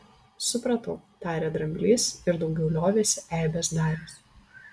supratau tarė dramblys ir daugiau liovėsi eibes daręs